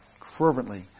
fervently